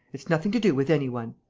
it's nothing to do with any one.